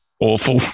awful